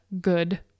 good